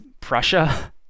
Prussia